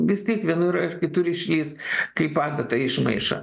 vis tiek vienur ar kitur išlįs kaip adata iš maišo